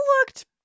looked